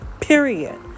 period